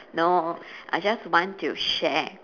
no I just want to share